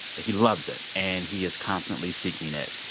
he loves it. and he is constantly seeking it.